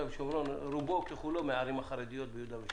ושומרון רובו ככולו מן הערים החרדיות ביהודה ושומרון.